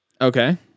Okay